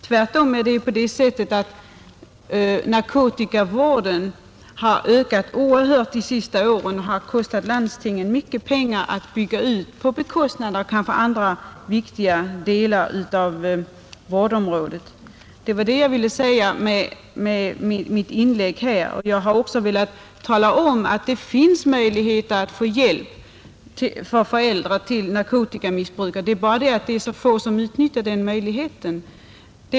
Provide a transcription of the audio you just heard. Narkomanvården har tvärtom ökat oerhört de senaste åren, och det har kostat landstingen mycket pengar att bygga ut den, på bekostnad kanske av andra viktiga delar av vårdområdet. Det var det jag ville säga med mitt inlägg. Jag har också velat tala om att det finns möjligheter för föräldrar till narkotikamissbrukare att få hjälp. Det är bara så få som utnyttjar den möjligheten.